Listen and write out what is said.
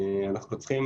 אנחנו צריכים